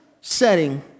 setting